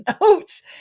notes